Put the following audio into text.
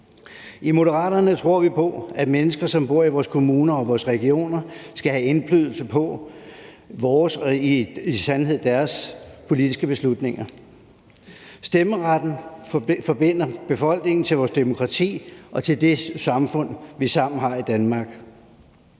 I Moderaterne tror vi på, at mennesker, som bor i vores kommuner og regioner, skal have indflydelse på vores og navnlig på deres politiske beslutninger. Stemmeretten forbinder befolkningen til vores demokrati og til det samfund, vi sammen har i Danmark.